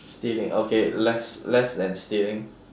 stealing okay less less than stealing